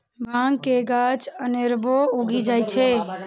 भांग के गाछ अनेरबो उगि जाइ छै